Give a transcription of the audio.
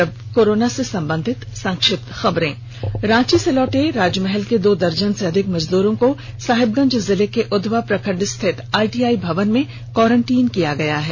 और अब संक्षिप्त खबरें रांची से लौटे राजमहल के दो दर्जन से अधिक मजदूरों को साहिबगंज जिले के उधवा प्रखंड स्थित आईटीआई भवन में क्वारेंटिन किया गया है